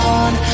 on